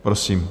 Prosím.